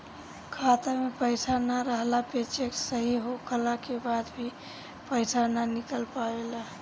खाता में पईसा ना रहला पे चेक सही होखला के बाद भी पईसा ना निकल पावेला